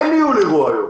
אין ניהול אירוע היום.